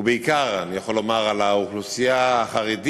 ובעיקר אני יכול לומר על האוכלוסייה החרדית,